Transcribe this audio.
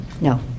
No